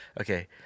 Okay